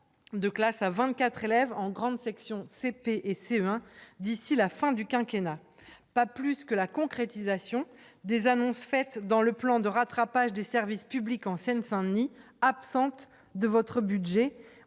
de classes à 24 élèves en grande section, CP et CE1 d'ici la fin du quinquennat pas plus que la concrétisation des annonces faites dans le plan de rattrapage des services publics en Seine-Saint-Denis absentes de votre budget,